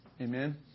Amen